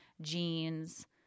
jeans